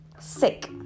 Sick